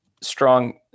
strong